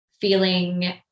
feeling